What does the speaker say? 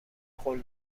قول